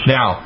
Now